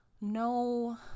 no